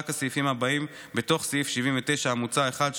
רק הסעיפים הבאים בתוך סעיף 79 המוצע: 1,